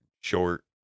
short